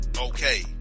okay